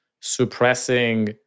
suppressing